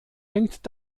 hängt